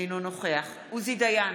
אינו נוכח עוזי דיין,